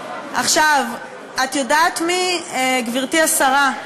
עכשיו, גברתי השרה,